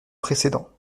précédents